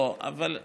לא, אבל זה,